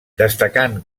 destacant